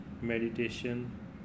meditation